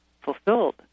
fulfilled